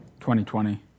2020